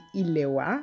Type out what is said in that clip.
ilewa